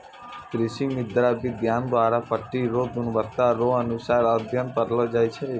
कृषि मृदा विज्ञान द्वरा मट्टी रो गुणवत्ता रो अनुसार अध्ययन करलो जाय छै